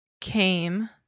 came